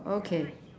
okay